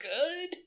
good